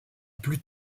plus